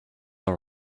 all